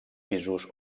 pisos